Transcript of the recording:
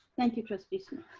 thank you trustee so